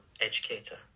educator